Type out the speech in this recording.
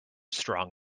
strong